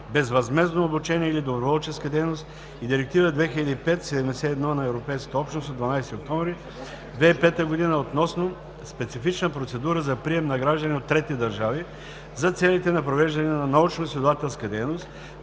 безвъзмездно обучение или доброволческа дейност и Директива 2005/71/ЕО от 12 октомври 2005 г. относно специфична процедура за прием на граждани от трети държави за целите на провеждане на научноизследователска дейност,